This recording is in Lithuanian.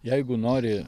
jeigu nori